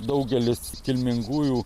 daugelis kilmingųjų